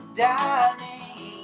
darling